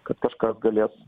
kad kažkas galės